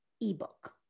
ebook